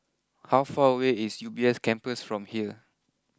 how far away is U B S Campus from here